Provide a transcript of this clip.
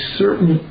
certain